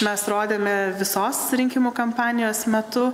mes rodėme visos rinkimų kampanijos metu